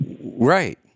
Right